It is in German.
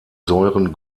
säuren